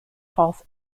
false